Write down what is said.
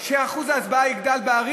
שאחוז ההצבעה בערים יגדל,